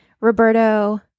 Roberto